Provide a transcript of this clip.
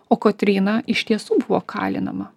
o kotryna iš tiesų buvo kalinama